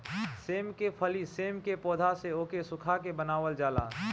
सेम के फली सेम के पौध से ओके सुखा के बनावल जाला